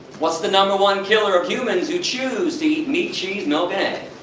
what's the number one killer of humans who choose to eat meat, cheese, milk and egg?